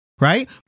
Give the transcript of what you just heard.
Right